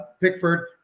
Pickford